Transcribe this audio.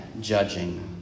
judging